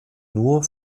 nur